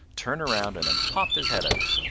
turn around and then pop his head out.